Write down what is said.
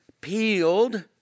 peeled